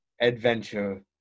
adventure